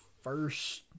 first